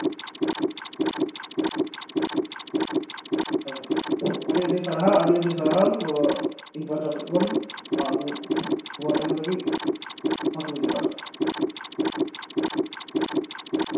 ᱟᱪᱪᱷᱟ ᱟᱹᱰᱤ ᱟᱹᱰᱤ ᱥᱟᱨᱦᱟᱣ ᱟᱹᱰᱤ ᱟᱹᱰᱤ ᱥᱟᱨᱦᱟᱣ ᱤᱧ ᱯᱟᱦᱴᱟ ᱥᱮᱫ ᱠᱷᱚᱱ ᱟᱨ ᱱᱚᱣᱟ ᱠᱚ ᱠᱷᱚᱵᱚᱨ ᱮᱢ ᱞᱟᱹᱜᱤᱫ ᱢᱟ ᱛᱚᱵᱮ ᱡᱚᱦᱟᱨ